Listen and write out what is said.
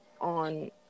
on